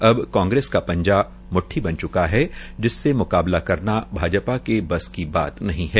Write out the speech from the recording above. अब कांग्रेस का पंजा म्ठठी बन च्का है जिससे म्काबला करना भाजपा के बस की बात नहीं है